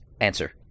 Answer